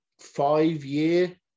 five-year